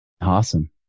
Awesome